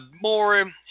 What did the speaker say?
more